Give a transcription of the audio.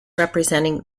representing